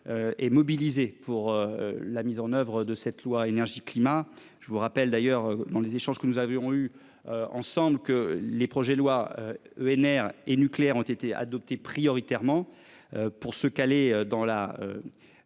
Et mobilisé pour la mise en oeuvre de cette loi énergie-climat, je vous rappelle d'ailleurs dans les échanges que nous avons eu. Ensemble que les projets de loi. ENR et nucléaires ont été adoptés prioritairement pour se caler dans la.